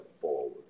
forward